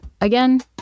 again